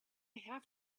have